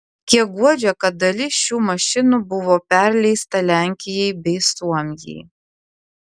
kiek guodžia kad dalis šių mašinų buvo perleista lenkijai bei suomijai